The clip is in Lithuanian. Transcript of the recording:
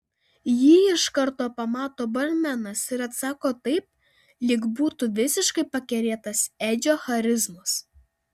jį iš karto pamato barmenas ir atsako taip lyg būtų visiškai pakerėtas edžio charizmos